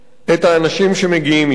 את האנשים שמגיעים משם.